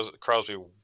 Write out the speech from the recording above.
Crosby